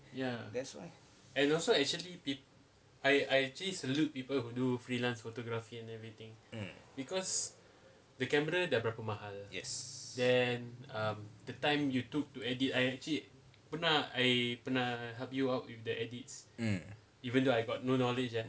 that's why mm yes mm